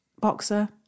Boxer